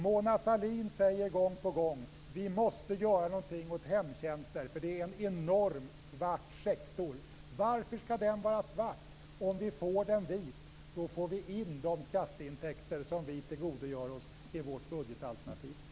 Mona Sahlin säger gång på gång att vi måste göra något åt det här med hemtjänster, för det är en enorm svart sektor. Varför skall den vara svart? Om vi får den vit får vi in de skatteintäkter som vi tillgodogör oss i vårt budgetalternativ.